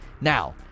now